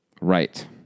Right